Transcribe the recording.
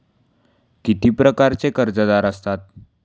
किती प्रकारचे कर्जदार असतात